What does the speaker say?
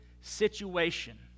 situation